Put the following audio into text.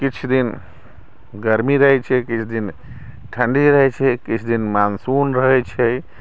किछु दिन गर्मी रहै छै किछु दिन ठण्डी रहै छै किछु दिन मानसून रहै छै